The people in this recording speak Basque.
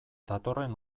datorren